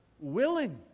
willing